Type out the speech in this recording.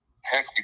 heck